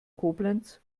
koblenz